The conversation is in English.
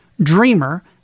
dreamer